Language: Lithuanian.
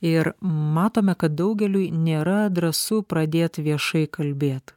ir matome kad daugeliui nėra drąsu pradėt viešai kalbėt